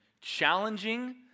challenging